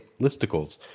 listicles